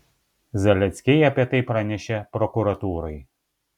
zaleckiai apie tai pranešė prokuratūrai